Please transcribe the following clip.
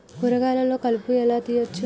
కూరగాయలలో కలుపు ఎలా తీయచ్చు?